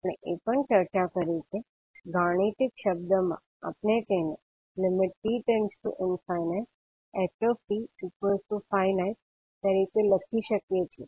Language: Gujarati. આપણે એ પણ ચર્ચા કરી કે ગાણિતિક શબ્દમાં આપણે તેને તરીકે લખી શકીએ છીએ